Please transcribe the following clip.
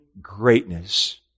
greatness